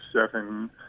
seven